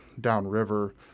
downriver